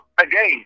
Again